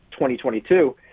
2022